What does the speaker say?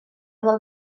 del